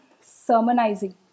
sermonizing